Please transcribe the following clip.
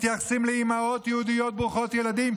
מתייחסים לאימהות יהודיות ברוכות ילדים,